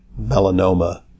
melanoma